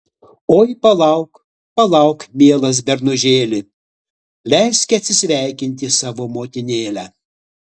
oi palauk palauk mielas bernužėli leiski atsisveikinti savo motinėlę